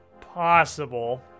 possible